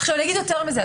אני אגיד יותר מזה,